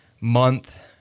month